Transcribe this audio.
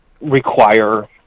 require